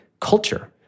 culture